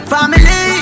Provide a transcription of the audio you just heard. Family